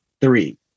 Three